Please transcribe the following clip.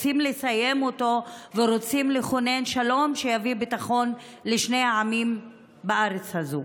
רוצים לסיים אותו ורוצים לכונן שלום שיביא ביטחון לשני העמים בארץ הזאת.